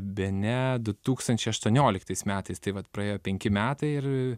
bene du tūkstančiai aštuonioliktais metais tai vat praėjo penki metai ir